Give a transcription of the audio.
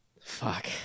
Fuck